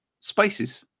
spaces